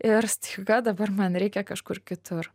ir staiga dabar man reikia kažkur kitur